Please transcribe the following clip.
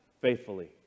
faithfully